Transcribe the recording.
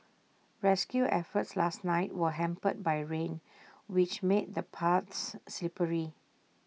rescue efforts last night were hampered by rain which made the paths slippery